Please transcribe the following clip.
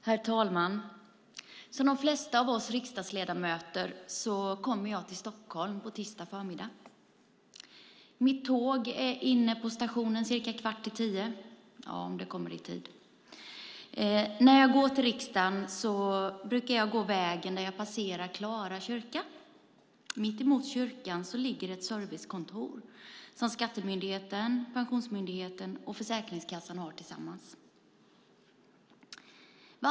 Herr talman! Som de flesta av oss riksdagsledamöter kommer jag till Stockholm på tisdag förmiddag. Mitt tåg är inne på stationen cirka kvart i tio om det kommer i tid, och när jag går till riksdagen brukar jag passera Klara kyrka. Mittemot kyrkan ligger ett servicekontor som Skattemyndigheten, Pensionsmyndigheten och Försäkringskassan har tillsammans.